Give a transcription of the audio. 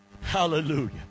Hallelujah